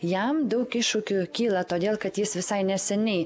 jam daug iššūkių kyla todėl kad jis visai neseniai